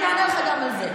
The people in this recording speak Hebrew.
אני אענה לך גם על זה.